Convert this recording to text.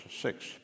six